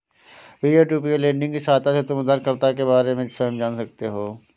peer to peer lending की सहायता से तुम उधारकर्ता के बारे में स्वयं जान सकते हो